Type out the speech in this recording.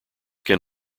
can